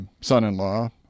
son-in-law